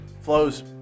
flows